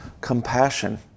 compassion